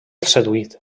seduït